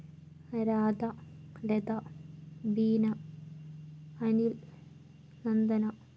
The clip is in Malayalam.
രാധ ലത ബീന അനിൽ നന്ദന